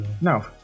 No